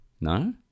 no